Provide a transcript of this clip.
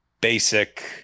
basic